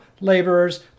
laborers